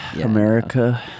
America